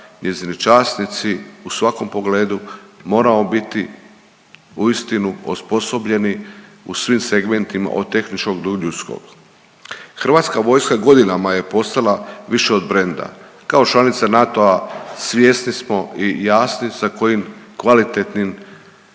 njezini časnici u svakom pogledu moramo biti uistinu osposobljeni u svim segmentima od tehničkog do ljudskog. HV godinama je postala više od brenda, kao članica NATO-a svjesni smo i jasni sa kojim kvalitetnim